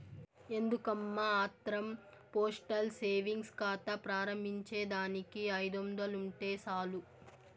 ఎందుకమ్మా ఆత్రం postal savings కాతా ప్రారంబించేదానికి ఐదొందలుంటే సాలు